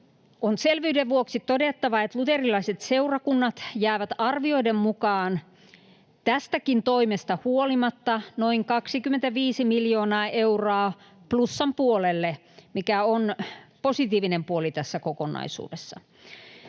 on selvyyden vuoksi todettava, että luterilaiset seurakunnat jäävät arvioiden mukaan tästäkin toimesta huolimatta noin 25 miljoonaa euroa plussan puolelle, mikä on positiivinen puoli tässä kokonaisuudessa.